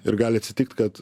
ir gali atsitikt kad